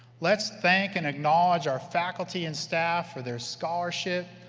let's thank and acknowledge our faculty and staff for their scholarship,